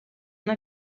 una